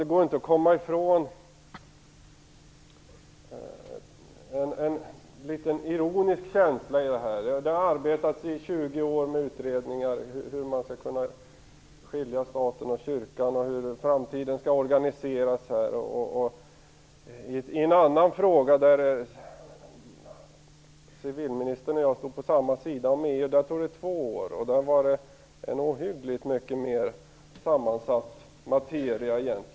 Det går inte att komma ifrån en litet ironisk känsla i det här. Det har arbetats i 20 år med utredningar om hur man skall kunna skilja staten och kyrkan och hur framtiden skall organiseras. I en annan fråga där civilministern och jag stod på samma sida, nämligen den om EU, tog det två år, och där var det egentligen en ohyggligt mycket mer sammansatt materia.